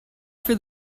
for